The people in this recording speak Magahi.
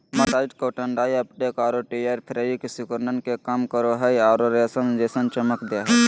मर्सराइज्ड कॉटन डाई अपटेक आरो टियर फेब्रिक सिकुड़न के कम करो हई आरो रेशम जैसन चमक दे हई